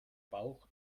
bauch